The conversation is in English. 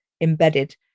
embedded